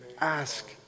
ask